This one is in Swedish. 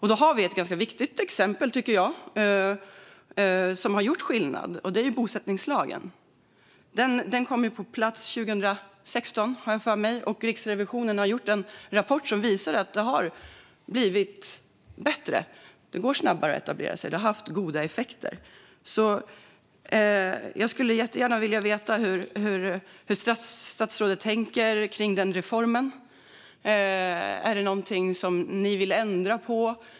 Ett ganska viktigt exempel, som har gjort skillnad, är bosättningslagen. Den kom på plats 2016, har jag för mig. Riksrevisionen har gjort en rapport som visar att det har blivit bättre. Det går snabbare att etablera sig. Detta har haft goda effekter. Jag skulle jättegärna vilja veta hur statsrådet tänker när det gäller denna reform. Är det någonting som regeringen vill ändra på?